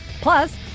Plus